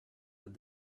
with